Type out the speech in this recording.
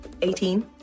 18